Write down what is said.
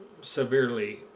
severely